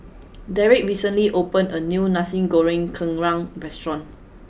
Derick recently opened a new Nasi Goreng Kerang restaurant